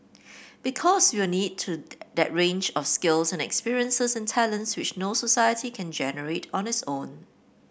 because we'll need to that range of skills and experiences and talents which no society can generate on its own